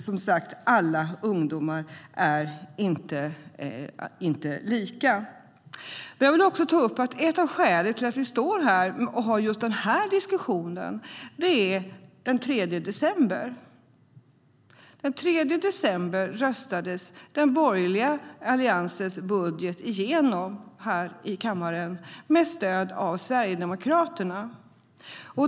Som sagt är alla ungdomar inte lika. Ett av skälen till att vi har just den här diskussionen är det som hände den 3 december. Då röstades den borgerliga alliansens budget igenom här i kammaren med stöd av Sverigedemokraterna.